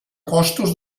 costos